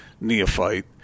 neophyte